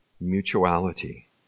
mutuality